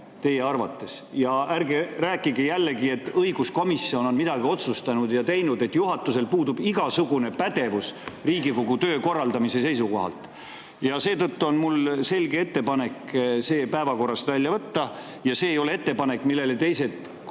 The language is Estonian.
teie arvates? Ärge rääkige jälle, et õiguskomisjon on midagi otsustanud ja teinud ja et juhatusel puudub igasugune pädevus Riigikogu töö korraldamisel. Ja seetõttu on mul selge ettepanek see punkt päevakorrast välja võtta. See ei ole ettepanek, millele teised fraktsioonid